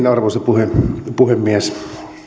arvoisa puhemies